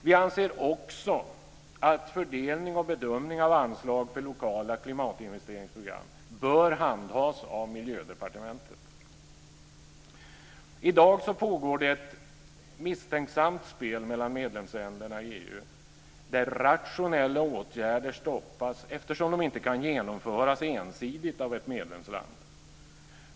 Vi anser också att fördelning och bedömning av anslag för lokala klimatinvesteringsprogram bör handhas av Miljödepartementet. I dag pågår ett misstänksamt spel mellan medlemsländerna i EU där rationella åtgärder stoppas därför att de inte kan genomföras ensidigt av ett medlemsland.